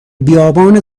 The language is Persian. بیابان